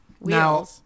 Now